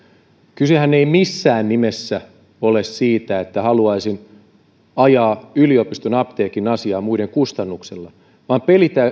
kysehän ei missään nimessä ole siitä että haluaisin ajaa yliopiston apteekin asiaa muiden kustannuksella vaan